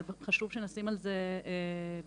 אבל חשוב שנשים על זה דגש.